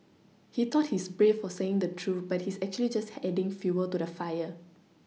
he thought he's brave for saying the truth but he's actually just adding fuel to the fire